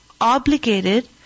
obligated